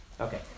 Okay